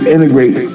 Integrate